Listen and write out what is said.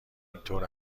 اینطور